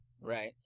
Right